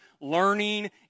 learning